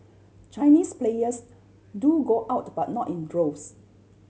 Chinese players do go out but not in droves